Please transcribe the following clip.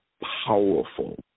powerful